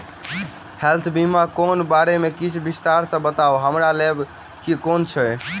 Health बीमा केँ बारे किछ विस्तार सऽ बताउ हमरा लेबऽ केँ छयः?